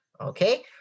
Okay